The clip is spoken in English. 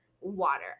water